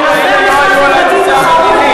הבחירות האלה לא היו על הנושא המדיני.